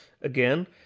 again